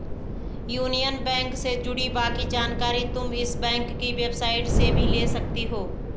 union bank से जुड़ी बाकी जानकारी तुम इस बैंक की वेबसाईट से भी ले सकती हो